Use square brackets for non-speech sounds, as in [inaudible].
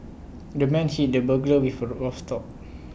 the man hit the burglar with A [unintelligible] rough store